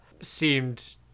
seemed